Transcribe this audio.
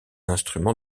instrument